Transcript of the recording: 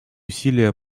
усилия